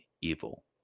evil